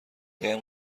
بهم